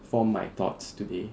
form my thoughts today